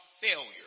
failure